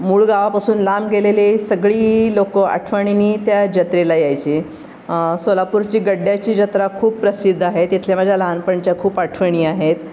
मूळ गावापासून लांब गेलेले सगळी लोकं आठवणीने त्या जत्रेला यायचे सोलापूरची गड्ड्याची जत्रा खूप प्रसिद्ध आहे तिथल्या माझ्या लहानपणच्या खूप आठवणी आहेत